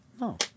no